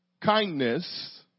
Kindness